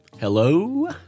Hello